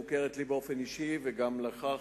היא מוכרת לי באופן אישי וגם לך,